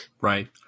Right